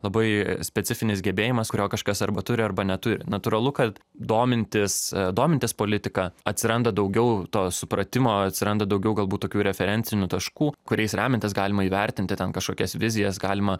labai specifinis gebėjimas kurio kažkas arba turi arba neturi natūralu kad domintis domintis politika atsiranda daugiau to supratimo atsiranda daugiau galbūt tokių referencinių taškų kuriais remiantis galima įvertinti ten kažkokias vizijas galima